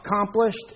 accomplished